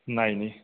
नायनि